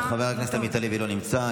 חבר הכנסת עמית הלוי, לא נמצא.